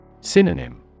Synonym